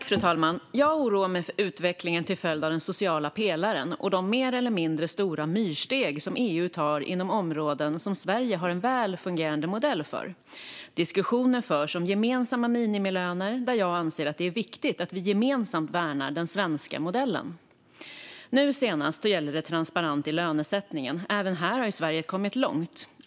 Fru talman! Jag oroar mig för utvecklingen till följd av den sociala pelaren och de mer eller mindre stora myrsteg som EU tar inom områden som Sverige har en väl fungerande modell för. Diskussioner förs om gemensamma minimilöner, där jag anser att det är viktigt att vi gemensamt värnar den svenska modellen. Nu senast gäller det transparens i lönesättningen. Även här har Sverige kommit långt.